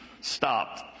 stopped